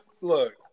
look